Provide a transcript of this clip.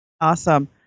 Awesome